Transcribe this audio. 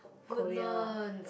Korea